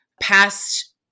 past